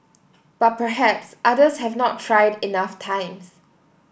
but perhaps others have not tried enough times